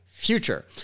Future